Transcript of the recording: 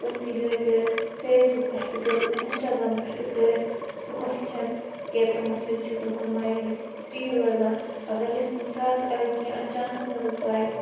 کُنہِ تہِ جایہِ کٔرِتھ فیس بُک پٮ۪ٹھ تہِ کٔرِتھ اِنسٹاگرٛام پٮ۪ٹھ تہِ کٔرِتھ سُہ کۄسچن کہِ تِمو سۭتۍ چھُ تُہُنٛد مایِنٛڈ فرٛی روزان اگر أسۍ کُنہِ ساتہٕ اگر کینٛہہ اچانک نِوٕز پَے